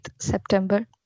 September